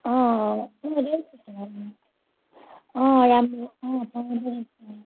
के केहरू हौ त्यस्तो खाले राम्रो राम्रो रहेछ